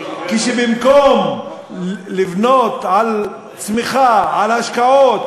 כשבמקום לבנות על צמיחה, על השקעות,